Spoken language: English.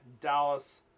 Dallas